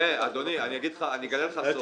אדוני, אני אגלה לך סוד.